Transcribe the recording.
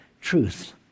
truth